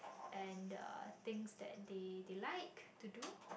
and a thing that they they like to do